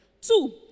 Two